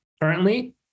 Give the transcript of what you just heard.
currently